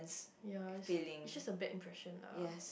ya it's it's just a bad impression lah